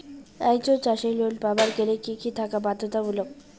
একজন চাষীর লোন পাবার গেলে কি কি থাকা বাধ্যতামূলক?